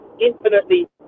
infinitely